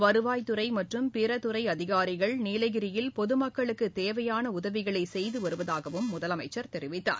வருவாய்த்துறைமற்றம் பிறதுறைஅதிகாரிகள் நீலகிரியில் பொதுமக்களுக்குதேவையானஉதவிகளைசெய்துவருவதாகவும் முதலமைச்சர் தெரிவித்தார்